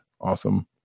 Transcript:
awesome